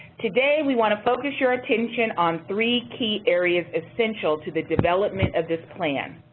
today, we want to focus your attention on three key areas essential to the development of this plan.